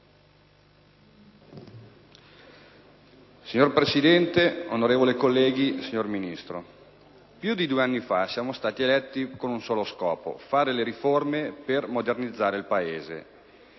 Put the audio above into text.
Signor Presidente, onorevoli colleghi, signor Ministro, più di due anni fa siamo stati eletti con un solo scopo: fare le riforme per modernizzare il Paese.